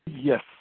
Yes